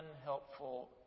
unhelpful